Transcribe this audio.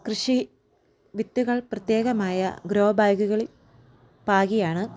കൃഷി വിത്തുകൾ പ്രത്യേകമായ ഗ്രോ ബാഗുകളിൽ പാകിയാണ്